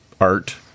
art